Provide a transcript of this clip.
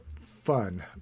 fun